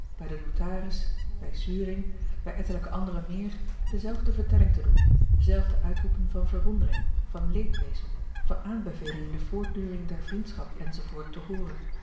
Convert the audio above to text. bij den notaris bij uring bij ettelijke anderen meer dezelfde vertelling te doen dezelfde uitroepen van verwondering van leedwezen van aanbeveling in de voortduring der vriendschap enz te hooren